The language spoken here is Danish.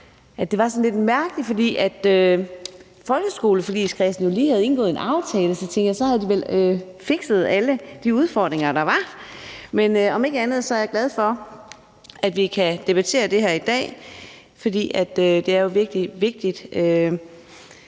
sådan lidt mærkeligt, fordi folkeskoleforligskredsen jo lige havde indgået en aftale, og så tænkte jeg, at så havde de vel fikset alle de udfordringer, der var. Men om ikke andet er jeg glad for, at vi kan debattere det her i dag, for det er jo vigtigt.